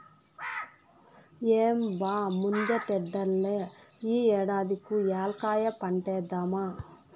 ఏం బా ముందటేడల్లే ఈ ఏడాది కూ ఏలక్కాయ పంటేద్దామా